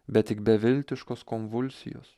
bet tik beviltiškos konvulsijos